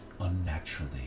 unnaturally